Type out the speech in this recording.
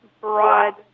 broad